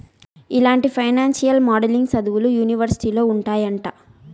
ఇలాంటి financial modelling సదువులు యూనివర్సిటీలో ఉంటాయంట